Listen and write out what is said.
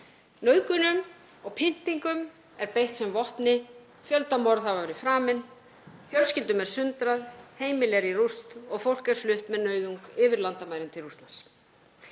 nauðgunum og pyndingum er beitt sem vopni, fjöldamorð hafa verið framin, fjölskyldum er sundrað, heimili eru í rúst og fólk er flutt með nauðung yfir landamærin til Rússlands.